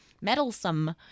meddlesome